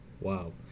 Wow